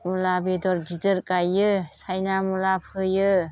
मुला बेदर गिदिर गाइयो साइना मुला फोयो